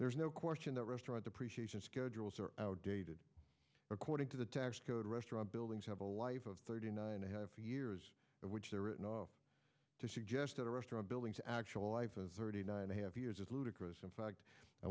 there's no question that restaurant depreciation schedules are outdated according to the tax code restaurant buildings have a life of thirty nine a half years in which they're written off to suggest that a restaurant building to actually live a thirty nine and a half years is ludicrous in fact i